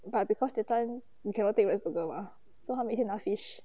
but because that time we cannot take rice burger mah so 她每天拿 fish